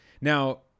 Now